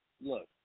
Look